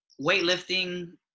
weightlifting